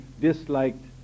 disliked